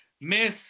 Miss